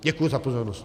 Děkuji za pozornost.